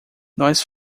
nós